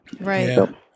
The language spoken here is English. Right